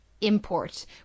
import